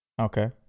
Okay